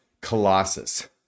Colossus